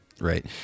Right